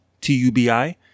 T-U-B-I